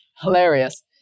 Hilarious